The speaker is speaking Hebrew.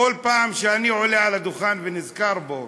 בכל פעם שאני עולה על הדוכן ונזכר בו,